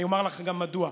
אני אומר לך גם מדוע,